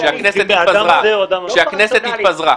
כשהכנסת התפזרה, כשהכנסת התפזרה.